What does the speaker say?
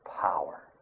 power